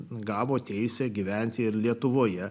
gavo teisę gyventi ir lietuvoje